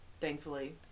thankfully